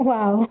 Wow